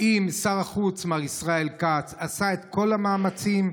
האם שר החוץ, מר ישראל כץ, עשה את כל המאמצים?